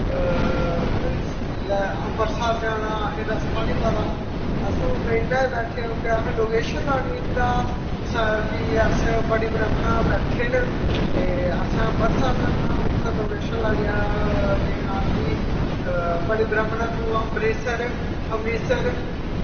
मतलब ऐ अम्बरसर जाना अहें रस्ता नी पता अस हून ट्रेना च बैठे दे होगे अहें हून लोकेशन लानी इद्धरा कि अस बड़ी ब्रह्मैना बैठे न ते असें अम्बरसर जाना उत्थैं लोकेशन लाइयै लिखना कि बड़ी ब्रह्मैना टू अमृतसर अमृतसर